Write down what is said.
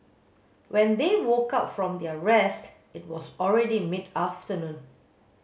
when they woke up from their rest it was already mid afternoon